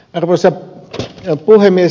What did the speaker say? arvoisa puhemies